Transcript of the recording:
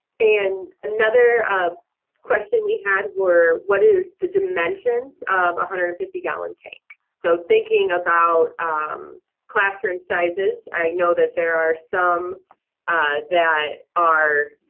and another um question we had were, what are the dimensions of one hundred and fifty gallon tank? so thinking about classroom sizes, i know that there are some that are,